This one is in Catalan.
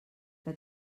que